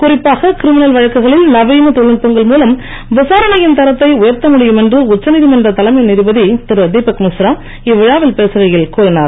குறிப்பாக கிரிமினல் வழக்குகளில் நவீன தொழில் நுட்பங்கள் மூலம் விசாரணையின் தரத்தை உயர்த்த முடியும் என்று உச்சநீதிமன்ற தலைமை நீதிபதி திரு தீபக்மிஸ்ரா இவ்விழாவில் பேசுகையில் கூறினார்